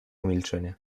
milczenie